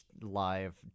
live